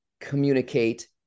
communicate